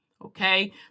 Okay